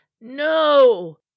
No